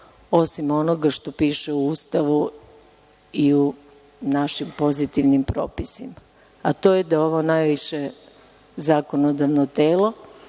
osim onoga što piše u Ustavu i u našim pozitivnim propisima. To je da je ovo najviše zakonodavno telo